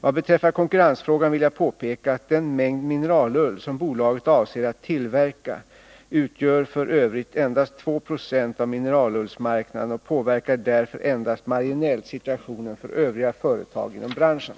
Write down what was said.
Vad beträffar konkurrensfrågan vill jag påpeka att den mängd mineralull som bolaget avser att tillverka f. ö. utgör endast 2 76 av mineralullsmarknaden och därför endast marginellt påverkar situationen för övriga företag inom branschen.